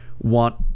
want